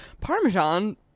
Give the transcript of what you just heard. Parmesan